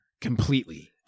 Completely